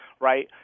right